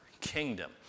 kingdom